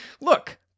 Look